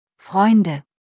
Freunde